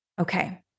Okay